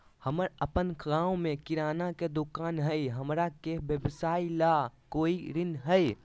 हमर अपन गांव में किराना के दुकान हई, हमरा के व्यवसाय ला कोई ऋण हई?